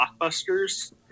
blockbusters